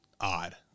odd